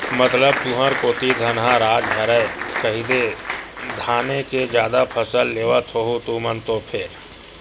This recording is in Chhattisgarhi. मतलब तुंहर कोती धनहा राज हरय कहिदे धाने के जादा फसल लेवत होहू तुमन तो फेर?